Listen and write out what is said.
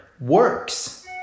works